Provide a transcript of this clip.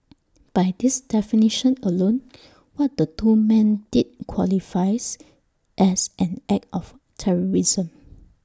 by this definition alone what the two men did qualifies as an act of terrorism